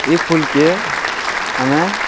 ଏଇ ଫୁଲକେ ଆମେ